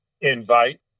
invite